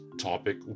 topic